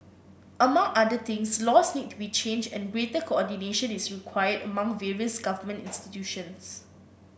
among other things laws need to be changed and greater coordination is required among various government institutions